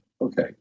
Okay